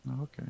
Okay